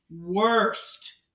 worst